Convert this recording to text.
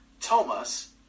Thomas